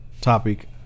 topic